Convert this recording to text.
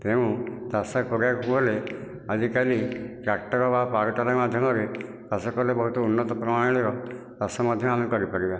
ତେଣୁ ଚାଷ କରିବାକୁ ଗଲେ ଆଜି କାଲି ଟ୍ରାକଟର ବା ପାୱାର ଟିଲର ମାଧ୍ୟମରେ ଚାଷ କରିଲେ ବହୁତ ଉନ୍ନତ ପରିମାଣର ଚାଷ ମଧ୍ୟ ଆମେ କରିପାରିବା